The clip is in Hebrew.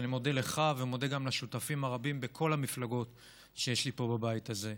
אני מודה לך וגם לשותפים הרבים בכל המפלגות שיש לי פה בבית הזה.